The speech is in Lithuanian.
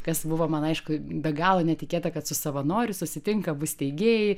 kas buvo man aišku be galo netikėta kad su savanoriu susitinka abu steigėjai